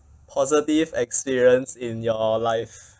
positive experience in your life